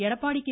Edappadi K